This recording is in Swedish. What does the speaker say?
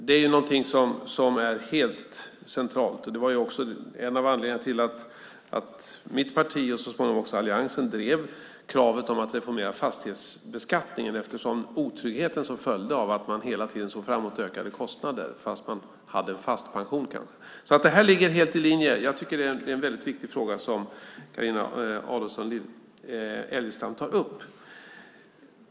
Det är något som är helt centralt. En av anledningarna till att mitt parti och så småningom också alliansen drev kravet på att reformera fastighetsbeskattningen var den otrygghet som följde av att man hela tiden såg ökade kostnader framför sig trots att man hade en fast pension. Det här ligger helt i linje med det. Jag tycker att det är en väldigt viktig fråga som Carina Adolfsson Elgestam tar upp.